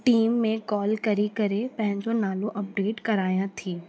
team में call करी करे पंहिंजो नालो अपडेट करायां थी